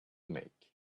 make